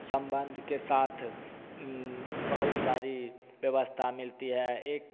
सम्बन्ध के साथ बहुत सारी व्यवस्था मिलती है एक